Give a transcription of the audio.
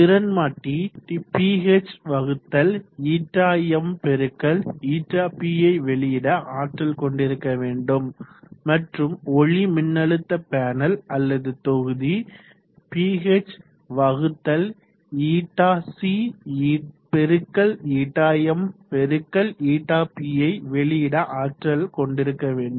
திறன் மாற்றி Phnmnp யை வெளியிட ஆற்றல் கொண்டிருக்க வேண்டும் மற்றும் ஒளி மின்னழுத்த பேனல் அல்லது தொகுதி Phncnmnpயை வெளியிட ஆற்றல் கொண்டிருக்க வேண்டும்